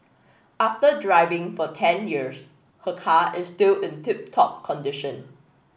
after driving for ten years her car is still in tip top condition